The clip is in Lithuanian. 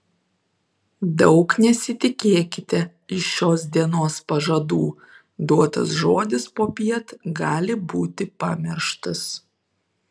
daug nesitikėkite iš šios dienos pažadų duotas žodis popiet gali būti pamirštas